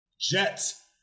Jets